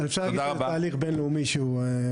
תודה רבה אפשר להגיד שזה תהליך בינלאומי שקורה,